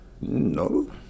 No